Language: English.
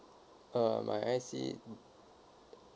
uh my I_C